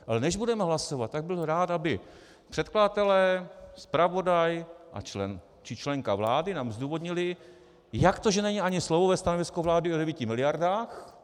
Ale než budeme hlasovat, tak bych byl rád, aby předkladatelé, zpravodaj či členka vlády nám zdůvodnili, jak to že není ani slovo ve stanovisku vlády o 9 miliardách.